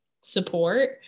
support